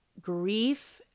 grief